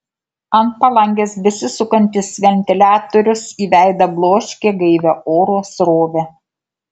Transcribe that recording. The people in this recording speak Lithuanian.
ant palangės besisukantis ventiliatorius į veidą bloškė gaivią oro srovę